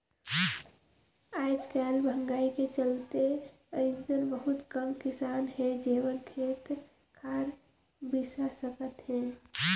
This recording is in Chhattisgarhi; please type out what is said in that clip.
आयज कायल मंहगाई के चलते अइसन बहुत कम किसान हे जेमन खेत खार बिसा सकत हे